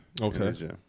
Okay